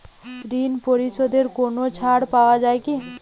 ঋণ পরিশধে কোনো ছাড় পাওয়া যায় কি?